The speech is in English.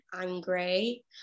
angry